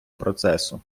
процесу